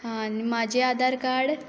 आं आनी म्हजें आधार कार्ड